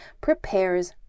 prepares